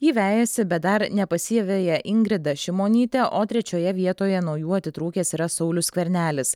jį vejasi bet dar nepasiveja ingrida šimonytė o trečioje vietoje nuo jų atitrūkęs yra saulius skvernelis